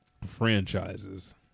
franchises